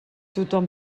tothom